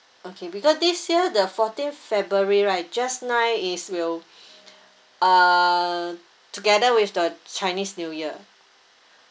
okay because this year the fourteenth february right just nice is will uh together with the chinese new year